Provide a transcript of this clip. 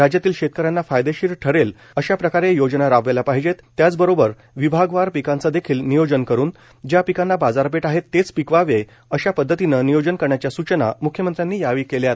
राज्यातील शेतकऱ्यांना फायदेशीर ठरेल अशा प्रकारे योजना राबवल्या पाहिजेत त्याच बरोबर विभागवार पिकांचं देखील नियोजन करून ज्या पिकांना बाजारपेठ आहे तेच पिकवावे अशा पद्धतीनं नियोजन करण्याच्या सूचना म्ख्यमंत्र्यांनी यावेळी केल्यात